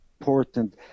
important